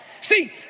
See